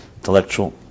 Intellectual